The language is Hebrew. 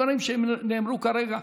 אלה דברים שנאמרו כרגע,